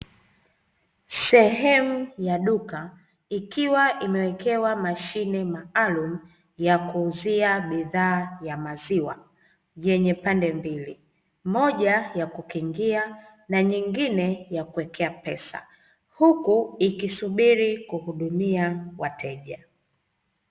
Sehemu ya duka ikiwa imewekewa mashine maalumu ya kuuzia bidhaa ya maziwa yenye pande mbili, moja ya kukingia na nyingine ya kuwekea pesa huku ikisubiri kuhudumia wateja.